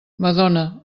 madona